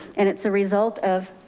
and it's a result of,